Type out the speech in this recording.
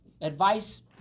Advice